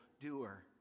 doer